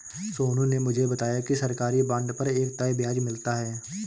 सोनू ने मुझे बताया कि सरकारी बॉन्ड पर एक तय ब्याज मिलता है